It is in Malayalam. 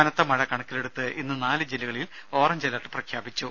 കനത്ത മഴ കണക്കിലെടുത്ത് ഇന്ന് നാല് ജില്ലകളിൽ ഓറഞ്ച് അലർട്ട് പ്രഖ്യാപിച്ചു